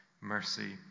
mercy